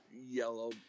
yellow